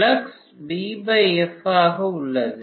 flux vf ஆக உள்ளது